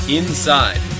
inside